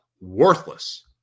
Worthless